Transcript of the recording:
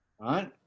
Right